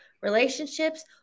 relationships